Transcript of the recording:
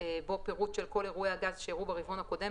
בו פירוט של כל אירועי הגז שאירעו ברבעון הקודם,